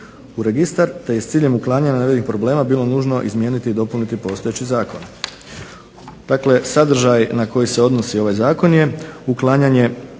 u registar te je s ciljem uklanjanja navedenih problema bilo nužno izmijeniti i dopuniti postojeći zakon. Dakle, sadržaj na koji se odnosi ovaj zakon je uklanjanje,